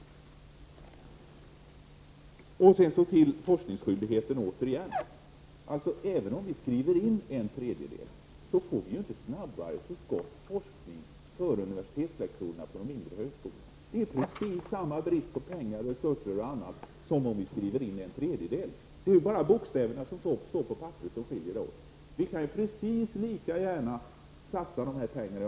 Så återigen till forskningsskyldigheten. Även om vi skriver in ”en tredjedel”, så får vi ju inte snabbare i gång forskning för universitetslektorerna på de mindre högskolorna. Det är precis samma brist på pengar, resurser och annat om vi skriver in ”en tredjedel”. Det är ju bara bokstäverna som står på papperet som skiljer. Vi kan precis lika gärna satsa de här pengarna.